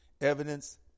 evidence